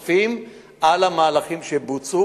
חייבים לעשות מהלכים נוספים על המהלכים שבוצעו,